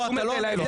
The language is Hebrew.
לא, אתה לא עונה לו.